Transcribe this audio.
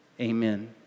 amen